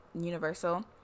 universal